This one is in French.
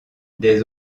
des